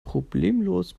problemlos